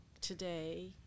today